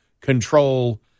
control